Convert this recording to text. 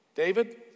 David